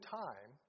time